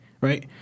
right